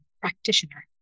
practitioner